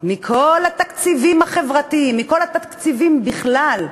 מכל התקציבים החברתיים, מכל התקציבים בכלל,